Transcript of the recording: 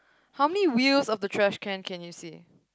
how many wheels of the trash can can you see